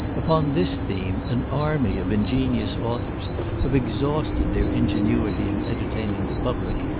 upon this theme, an army of ingenious authors have exhausted their ingenuity in entertaining the public,